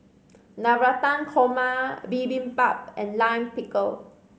Navratan Korma Bibimbap and Lime Pickle